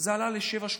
זה עלה ל-7.80.